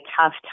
tough